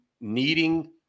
needing